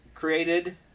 created